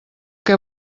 què